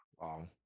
Wow